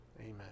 amen